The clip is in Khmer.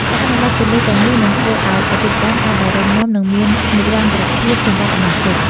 ការអនុវត្តគន្លឹះទាំងនេះនឹងធ្វើឱ្យអាជីវកម្មកាន់តែរឹងមាំ និងមាននិរន្តរភាពសម្រាប់អនាគត។